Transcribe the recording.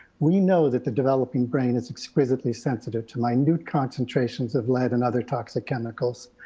we know that the developing brain is exquisitely sensitive to minute concentrations of lead and other toxic chemicals.